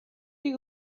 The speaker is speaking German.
wie